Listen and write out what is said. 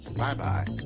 Bye-bye